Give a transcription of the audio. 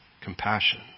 compassion